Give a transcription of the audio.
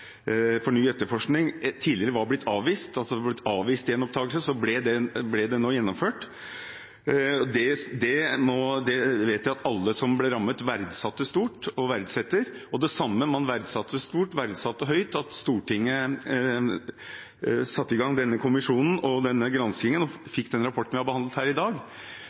tidligere var blitt avvist, ble den nå gjennomført. Det vet jeg at alle som ble rammet, verdsetter. Det man også verdsetter høyt, er at Stortinget satte i gang denne kommisjonen og denne granskningen og fikk den rapporten vi behandler i dag. Så må vi bare ha den rette ydmykheten også videre. Når vi har behandlet